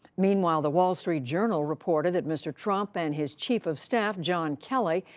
meanwhile, the wall street journal reported that mr. trump and his chief of staff, john kelly,